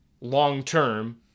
long-term